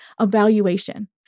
evaluation